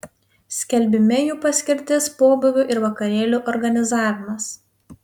skelbime jų paskirtis pobūvių ir vakarėlių organizavimas